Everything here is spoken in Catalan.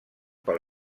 pel